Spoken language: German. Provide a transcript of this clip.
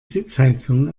sitzheizung